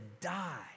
die